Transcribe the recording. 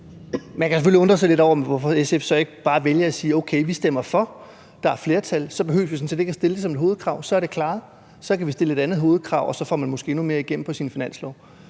Man kan selvfølgelig undre sig lidt over, hvorfor SF så ikke bare vælger at sige: Okay, vi stemmer for, der er flertal. Så behøver vi sådan set ikke at stille det som et hovedkrav. Så er det klaret, så kan vi stille et andet hovedkrav, og så får vi måske endnu mere igennem på finansloven.